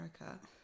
America